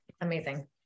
Amazing